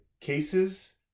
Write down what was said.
Cases